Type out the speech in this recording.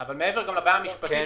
אבל מעבר לבעיה המשפטית,